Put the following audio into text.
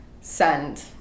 send